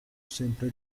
sempre